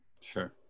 Sure